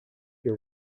your